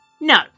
No